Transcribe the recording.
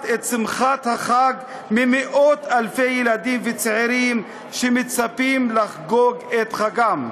משמחת החג של מאות-אלפי ילדים וצעירים שמצפים לחגוג את חגם.